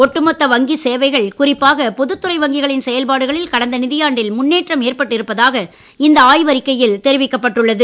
ஒட்டுமொத்த வங்கிச் சேரவைகள் குறிப்பாக பொதுத் துறை வங்கிகளின் செயல்பாடுகளில் கடந்த நிதியாண்டில் முன்னேற்றம் ஏற்பட்டு இருப்பதாக இந்த ஆய்வறிக்கையில் தெரிவிக்கப்பட்டு உள்ளது